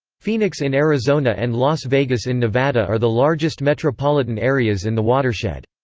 phoenix in arizona and las vegas in nevada are the largest metropolitan areas in the watershed.